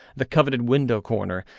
the coveted window corner,